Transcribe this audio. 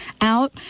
out